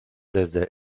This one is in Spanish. desde